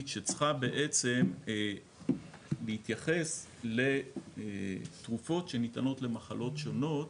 שצריכה להתייחס לתרופות שניתנות למחלות שונות,